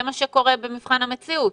זה מה שקורה במבחן המציאות.